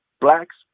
Blacks